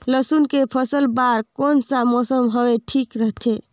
लसुन के फसल बार कोन सा मौसम हवे ठीक रथे?